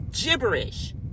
gibberish